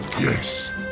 Yes